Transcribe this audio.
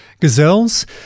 Gazelles